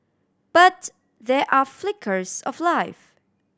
but there are flickers of life